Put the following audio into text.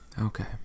Okay